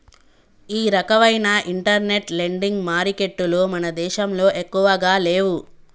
ఈ రకవైన internet lending మారికెట్టులు మన దేశంలో ఎక్కువగా లేవు